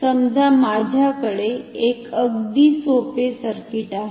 समजा माझ्याकडे एक अगदी सोपे सर्किट आहे